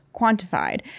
quantified